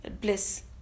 bliss